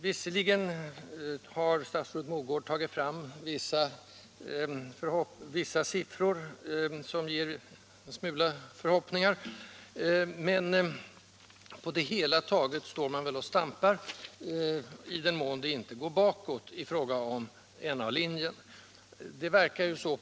Statsrådet Mogård har visserligen tagit fram en del siffror som i någon mån inger förhoppningar, men på det hela taget står man och stampar på samma ställe i fråga om N-linjen i den mån utvecklingen inte går bakåt.